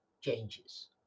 changes